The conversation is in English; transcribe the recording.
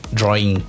drawing